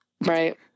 Right